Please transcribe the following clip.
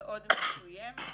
מאוד מסוימת